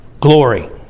glory